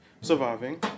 surviving